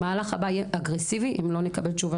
המהלך הבא יהיה אגרסיבי אם לא נקבל תשובה